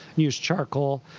use charcoal.